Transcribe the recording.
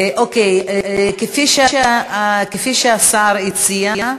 אוקיי, כפי שהשר הציע,